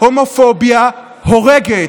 הומופוביה הורגת.